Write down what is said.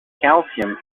calcium